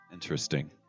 Interesting